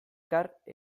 madagaskar